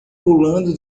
pulando